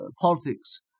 politics